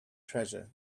treasure